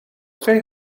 twee